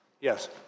Yes